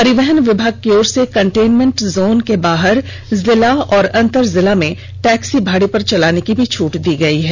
परिवहन विभाग की ओर से कंटेनमेंट जोन के बाहर जिला और अंतरजिला में टैक्सी को भाड़े पर चलाने की भी छूट दी गई है